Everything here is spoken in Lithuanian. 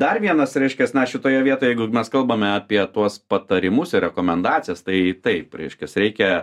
dar vienas reiškias na šitoje vietoje jeigu mes kalbame apie tuos patarimus ir rekomendacijas tai taip reiškias reikia